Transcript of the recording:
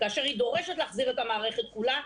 כאשר היא דורשת להחזיר את המערכת כולה,